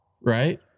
right